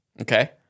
Okay